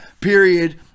period